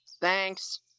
Thanks